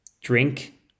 drink